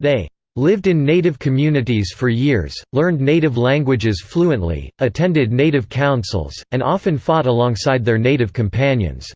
they lived in native communities for years, learned native languages fluently, attended native councils, and often fought alongside their native companions